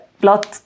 blood